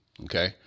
okay